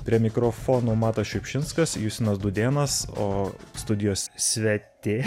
prie mikrofonų matas šiupšinskas justinas dūdėnas o studijos svetė